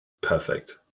Perfect